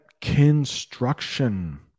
construction